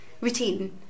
routine